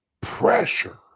pressure